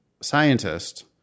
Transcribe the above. scientist